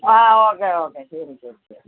ആ okay okay ശരി ശരി ശരി